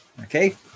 Okay